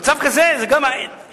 מצב כזה הוא גם חינוכי,